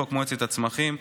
חוק מועצת הצמחים,